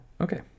Okay